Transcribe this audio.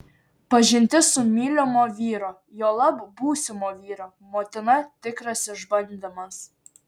pažintis su mylimo vyro juolab būsimo vyro motina tikras išbandymas